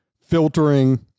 filtering